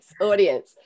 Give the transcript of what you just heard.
audience